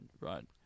right